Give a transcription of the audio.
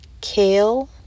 kale